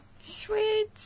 Sweet